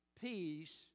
peace